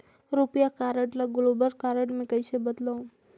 रुपिया कारड ल global card मे कइसे बदलव?